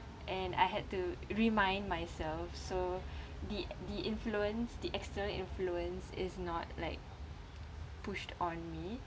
and I had to remind myself so the the influence the external influence is not like pushed on me